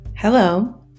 hello